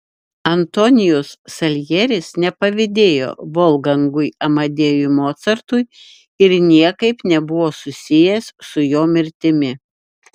antonijus saljeris nepavydėjo volfgangui amadėjui mocartui ir niekaip nebuvo susijęs su jo mirtimi